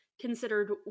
considered